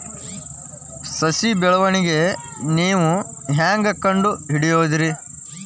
ಸಸಿ ಬೆಳವಣಿಗೆ ನೇವು ಹ್ಯಾಂಗ ಕಂಡುಹಿಡಿಯೋದರಿ?